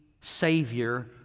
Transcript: Savior